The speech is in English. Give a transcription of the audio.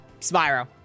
Spyro